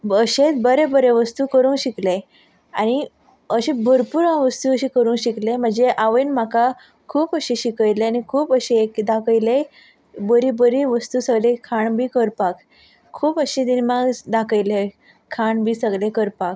अशेंच बरें बरें वस्तू करूंक शिकलें आनी अशें भरपूर हांव वस्तू करूं शिकलें म्हाजें आवयन म्हाका खूब अशें शिकयलें आनी खूब अशें दाखयलें बोरी बोरी वस्तू सगलीं खाण बीन कोरपाक खूब अशी निर्मा दाखयले खाण बी सगलें करपाक